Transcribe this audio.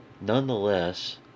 Nonetheless